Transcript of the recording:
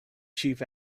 chief